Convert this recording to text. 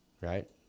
right